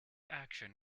action